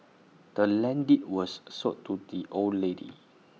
the land's deed was sold to the old lady